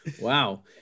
Wow